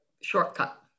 shortcut